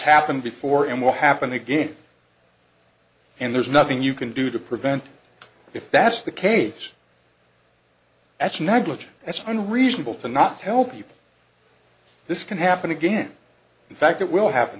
happened before and will happen again and there's nothing you can do to prevent it if that's the case that's not glitch that's one reasonable to not tell people this can happen again in fact it will happen